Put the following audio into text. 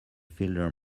fielder